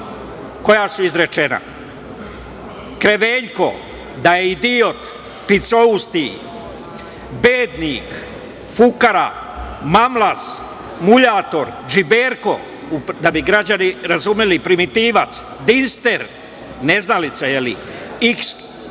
koje su izrečena - kreveljko, da je idiot, picousti, bednik, fukara, mamlaz, muljator, džiberko, da bi građani razumeli, primitivac, dister - neznalica, iks,